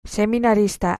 seminarista